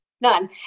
none